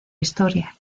historia